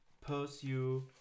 pursue